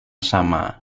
sama